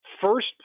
First